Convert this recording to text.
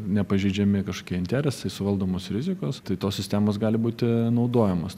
nepažeidžiami kažkokie interesai suvaldomos rizikos tai tos sistemos gali būti naudojamos